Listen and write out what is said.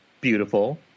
beautiful